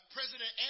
President